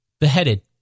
beheaded